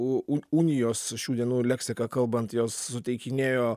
u u unijos šių dienų leksika kalbant jos suteikinėjo